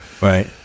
Right